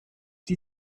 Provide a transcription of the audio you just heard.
die